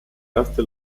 erste